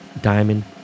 Diamond